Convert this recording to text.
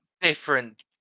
different